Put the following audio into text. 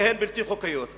כי הן בלתי חוקתיות.